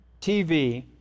TV